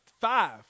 five